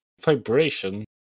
vibration